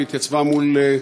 והתייצבה מול,